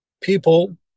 people